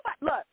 Look